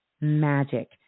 magic